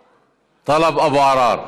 תודה, מכובדי היושב-ראש.